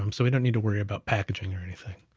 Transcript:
um so we don't need to worry about packaging, or anything.